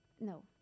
No